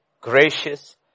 gracious